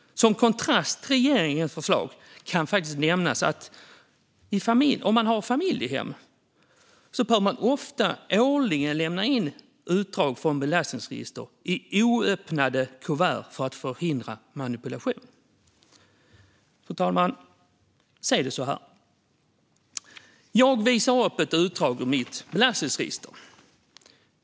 Som kontrast till regeringens förslag kan nämnas att familjehem ofta behöver lämna in årliga utdrag från belastningsregistret i oöppnade kuvert för att förhindra manipulation. Fru talman! Se det så här: Jag visar upp utdraget ur mitt belastningsregister.